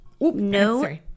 no